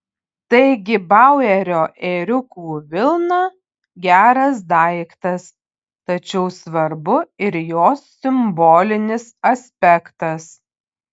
taigi bauerio ėriukų vilna geras daiktas tačiau svarbu ir jos simbolinis aspektas